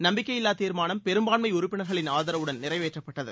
நம்பிக்கையில்லா தீர்மானம் பெரும்பான்மை உறுப்பினர்களின் ஆதரவுடன் நிறைவேற்றப்பட்டது